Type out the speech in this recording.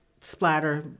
splatter